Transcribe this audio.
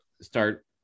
start